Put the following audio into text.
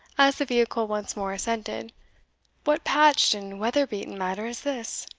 as the vehicle once more ascended what patched and weather-beaten matter is this?